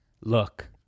Look